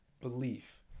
belief